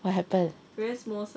what happen